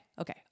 okay